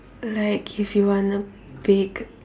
like if you want a big